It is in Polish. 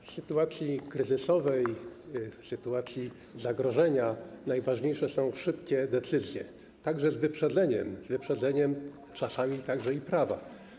W sytuacji kryzysowej, w sytuacji zagrożenia najważniejsze są szybkie decyzje, także z wyprzedzeniem, z wyprzedzeniem czasami także prawa.